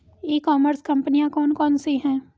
ई commerce कंपनियाँ कौन कौन सी हैं?